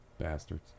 bastards